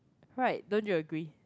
right don't you agree